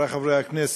חברי חברי הכנסת,